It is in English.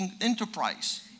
enterprise